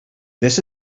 this